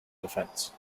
defense